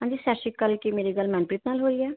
ਹਾਂਜੀ ਸਤਿ ਸ਼੍ਰੀ ਅਕਾਲ ਕੀ ਮੇਰੀ ਗੱਲ ਮਨਪ੍ਰੀਤ ਨਾਲ ਹੋਈ ਹੈ